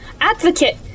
advocate